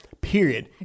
Period